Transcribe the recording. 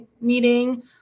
meeting